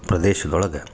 ಪ್ರದೇಶದೊಳ್ಗ